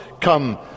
come